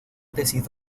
tesis